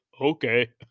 okay